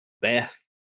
Beth